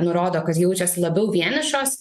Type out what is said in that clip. nurodo kad jaučias labiau vienišos